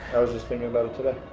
i was just thinking about it today.